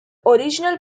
original